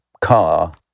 car